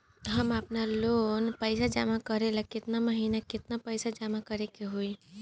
हम आपनलोन के पइसा जमा करेला केतना महीना केतना पइसा जमा करे के होई?